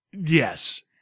yes